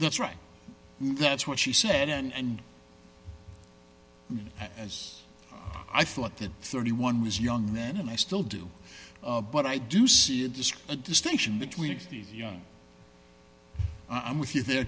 that's right that's what she said and as i thought that thirty one was young then and i still do but i do see it as a distinction between excuse me i'm with you there